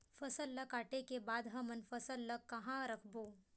फसल ला काटे के बाद हमन फसल ल कहां रखबो?